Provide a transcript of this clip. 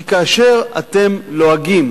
כי כאשר אתם לועגים